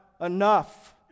enough